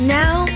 now